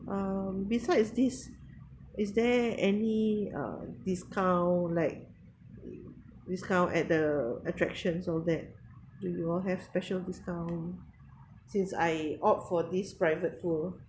um besides this is there any uh discount like uh discount at the attractions all that do you all have special discount since I opt for this private tour